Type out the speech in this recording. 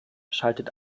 schaltet